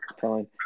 fine